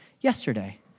yesterday